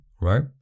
right